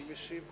מי משיב?